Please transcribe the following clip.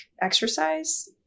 exercise